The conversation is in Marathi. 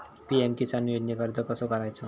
पी.एम किसान योजनेक अर्ज कसो करायचो?